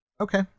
Okay